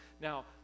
Now